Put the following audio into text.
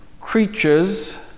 creatures